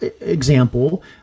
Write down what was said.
example